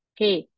Okay